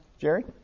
Jerry